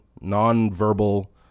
non-verbal